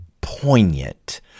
poignant